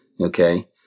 okay